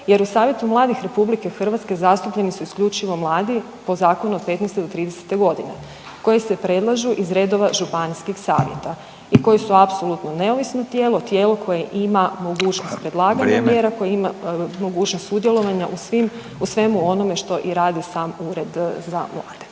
jer u Savjetu mladih Republike Hrvatske zastupljeni su isključivo mladi po Zakonu od 15 do 30-te godine koji se predlažu iz redova županijskih savjeta i koji su apsolutno neovisno tijelo, tijelo koje ima mogućnost predlaganja mjera, … …/Upadica Radin: Vrijeme./… … koje ima mogućnost sudjelovanja u svim, u svemu onome što i radi sam Ured za mlade.